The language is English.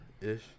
ish